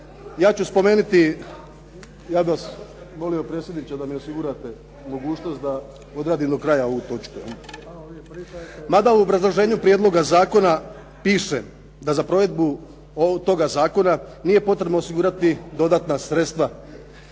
Ja ću spomenuti, ja bih vas molio predsjedniče da mi osigurate mogućnost da odradim do kraja ovu točku. Mada u obrazloženju prijedloga zakona piše da za provedbu toga zakona nije potrebno osigurati dodatna sredstva.